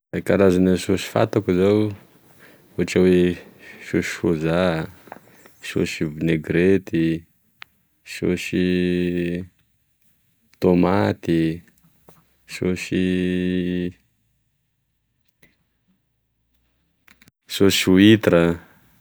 Karazana saosy fantako zao ohatry hoe saosy soja, saosy vinaigrette, sosy tomaty, saosy huitre.